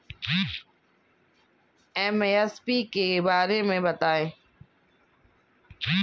MSP के बारे में बतायें?